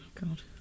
God